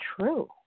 true